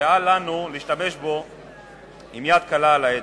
ואל לנו להשתמש בו עם יד קלה על ההדק.